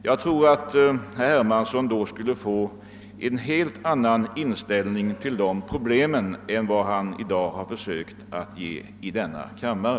Jag tror att herr Hermansson då skulle få en helt annan inställning till dessa problem än den han i dag givit uttryck för i denna kammare.